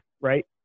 right